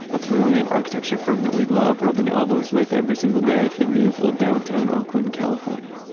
a brilliant architecture firm that we love, rubbing elbows with every single day in beautiful downtown oakland, california